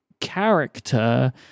character